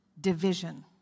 Division